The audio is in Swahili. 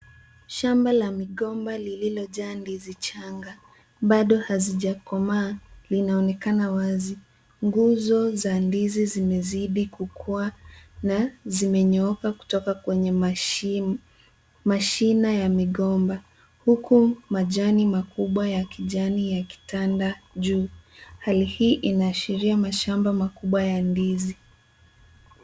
Shamba la migomba lililojaa ndizi changa bado halijakomaa linaonekana wazi. Nguzo za ndizi zimezidi kukua na zimenyooka kutoka kwenye mashina ya migomba huku majani ya makubwa ya kijani yakitanda juu. Hali hii inaashiria mashamba makubwa ya ndizi.